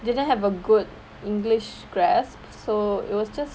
didn't have a good english grasp so it was just